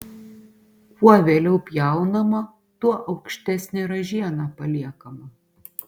kuo vėliau pjaunama tuo aukštesnė ražiena paliekama